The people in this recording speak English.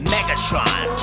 Megatron